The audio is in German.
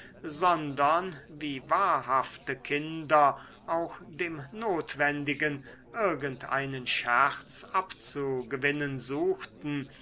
sondern wie wahrhafte kinder auch dem notwendigen irgend einen scherz abzugewinnen suchten